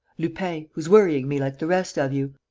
lupin, who's worrying me like the rest of you.